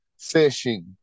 fishing